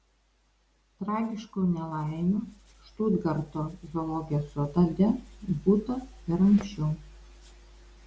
tragiškų nelaimių štutgarto zoologijos sode būta ir anksčiau